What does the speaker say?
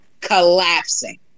collapsing